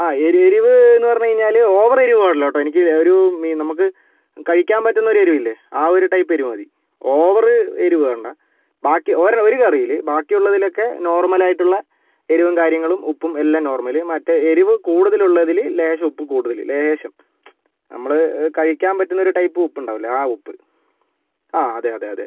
ആ എരി എരിവ് എന്ന് പറഞ്ഞ് കഴിഞ്ഞാല് ഓവർ എരിവ് പാടില്ലാട്ടോ എനിക്ക് ഒരു മ് നമുക്ക് കഴിക്കാൻ പറ്റുന്ന ഒരു എരിവ് ഇല്ലേ ആ ഒരു ടൈപ് എരിവ് മതി ഓവർ എരിവ് വേണ്ട ബാക്കി ഒര് ഒര് കറിയിൽ ബാക്കിയുള്ളതിലൊക്കെ നോർമലയിട്ടുള്ള എരിവും കാര്യങ്ങളും ഉപ്പും എല്ലാം നോർമല് മറ്റേ എരിവ് കൂടുതൽ ഉള്ളതിൽ ലേശം ഉപ്പ് കൂടുതൽ ലേശം നമ്മള് കഴിക്കാൻ പറ്റുന്ന ഒരു ടൈപ് ഉപ്പുണ്ടാവില്ലേ ആ ഉപ്പ് ആ അതെയതെ അതെ